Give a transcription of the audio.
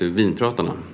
vinpratarna